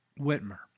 Whitmer